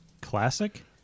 Classic